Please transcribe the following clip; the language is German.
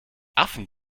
affen